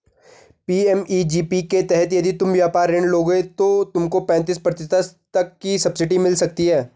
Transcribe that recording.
PMEGP के तहत यदि तुम व्यापार ऋण लोगे तो तुमको पैंतीस प्रतिशत तक की सब्सिडी मिल सकती है